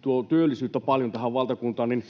tuo työllisyyttä paljon tähän valtakuntaan